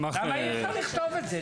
למה אי אפשר לכתוב את זה?